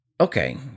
Okay